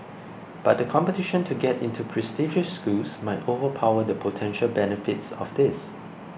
but the competition to get into prestigious schools might overpower the potential benefits of this